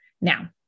now